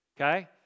okay